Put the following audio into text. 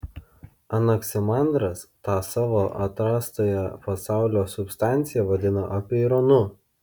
anaksimandras tą savo atrastąją pasaulio substanciją vadino apeironu